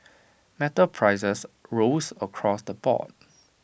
metal prices rose across the board